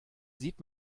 sieht